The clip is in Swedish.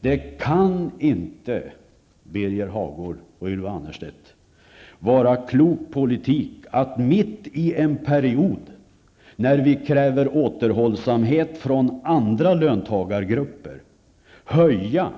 Det kan inte, Birger Hagård och Ylva Annerstedt, vara klok politik att mitt i en period när vi kräver återhållsamhet från andra löntagargrupper höja